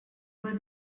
were